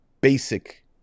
basic